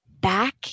back